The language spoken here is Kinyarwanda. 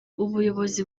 ubuyobozi